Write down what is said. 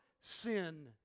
sin